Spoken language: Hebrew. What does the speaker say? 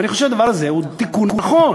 אני חושב שהדבר הזה הוא תיקון נכון,